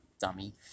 Dummy